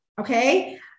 okay